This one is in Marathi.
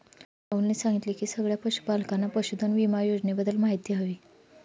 राहुलने सांगितले की सगळ्या पशूपालकांना पशुधन विमा योजनेबद्दल माहिती हवी